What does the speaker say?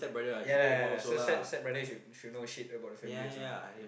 yeah lah so step~ stepbrother should know shit about the family also ah